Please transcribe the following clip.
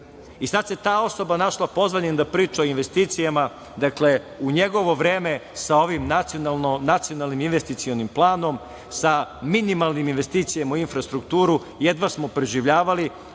I sada se ta osoba našla pozvanim da priča o investicija. Dakle, u njegovo vreme sa ovim Nacionalnim investicionim planom, sa minimalnim investicijama u infrastrukturu jedva smo preživljavali,